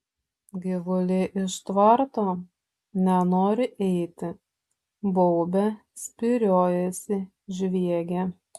gyvuliai iš tvarto nenori eiti baubia spyriojasi žviegia